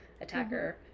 attacker